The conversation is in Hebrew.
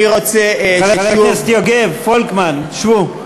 אני רוצה שוב, חברי הכנסת יוגב, פולקמן, שבו.